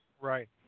Right